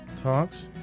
talks